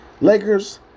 Lakers